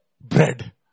bread